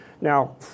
Now